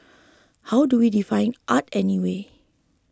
how do we define art anyway